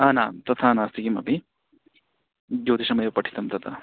आ न तथा नास्ति किमपि ज्योतिषमेव पठितं तत्र